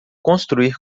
construir